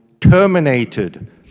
terminated